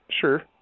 Sure